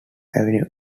avenue